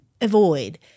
avoid